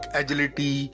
agility